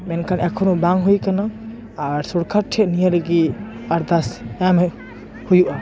ᱢᱮᱱᱠᱷᱟᱱ ᱮᱠᱷᱚᱱᱳ ᱵᱟᱝ ᱦᱩᱭ ᱟᱠᱟᱱᱟ ᱟᱨ ᱥᱚᱨᱠᱟᱨ ᱴᱷᱮᱱ ᱱᱤᱭᱟᱹ ᱞᱟᱹᱜᱤᱫ ᱟᱨᱫᱟᱥ ᱮᱢ ᱦᱩᱭᱩᱜᱼᱟ